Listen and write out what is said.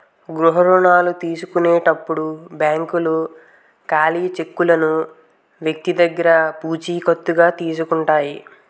గృహ రుణాల తీసుకునేటప్పుడు బ్యాంకులు ఖాళీ చెక్కులను వ్యక్తి దగ్గర పూచికత్తుగా తీసుకుంటాయి